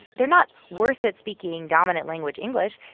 they're not worse at speaking dominant-language english,